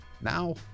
Now